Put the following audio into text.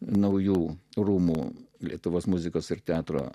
naujų rūmų lietuvos muzikos ir teatro